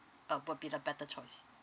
uh will be the better choice